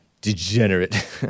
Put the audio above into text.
degenerate